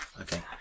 Okay